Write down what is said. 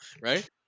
Right